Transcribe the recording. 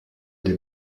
des